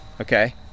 Okay